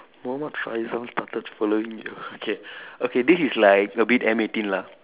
Muhammad Faisal started following you okay okay this is like a bit M eighteen lah